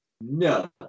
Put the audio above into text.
No